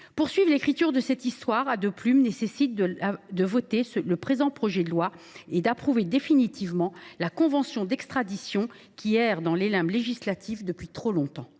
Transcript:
Poursuivre l’écriture de cette histoire à deux plumes nécessite de voter le présent projet de loi et d’approuver définitivement la convention d’extradition qui erre dans les limbes législatifs depuis trop longtemps.